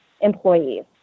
employees